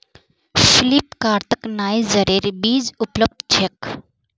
फ्लिपकार्टत नाइजरेर बीज उपलब्ध छेक